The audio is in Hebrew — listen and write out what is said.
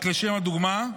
רק לשם הדוגמה,